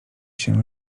się